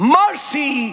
mercy